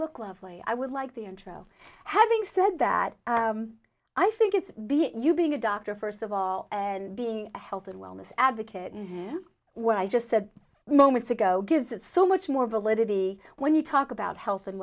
look lovely i would like the intro having said that i think it's you being a doctor first of all and being a health and wellness advocate and what i just said moments ago gives it so much more validity when you talk about health and